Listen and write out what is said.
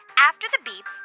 after the beep,